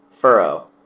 furrow